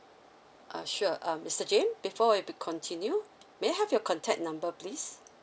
err sure um mister james before I'll be continue may I have your contact number please